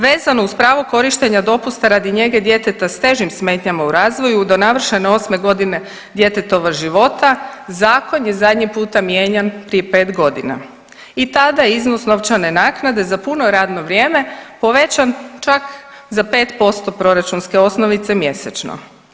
Vezano uz pravo korištenja dopusta radi njege djeteta s težim smetnjama u razvoju do navršene osme godine djetetova života zakon je zadnji puta mijenjan prije 5.g. i tada je iznos novčane naknade za puno radno vrijeme povećan čak za 5% proračunske osnovice mjesečno.